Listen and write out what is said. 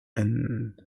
and